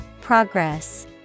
Progress